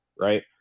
right